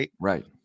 right